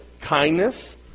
Kindness